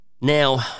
now